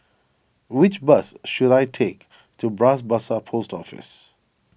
which bus should I take to Bras Basah Post Office